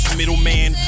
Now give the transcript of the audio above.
middleman